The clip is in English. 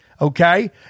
Okay